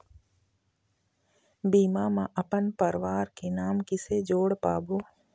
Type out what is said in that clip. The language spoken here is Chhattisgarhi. बीमा म अपन परवार के नाम किसे जोड़ पाबो?